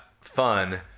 fun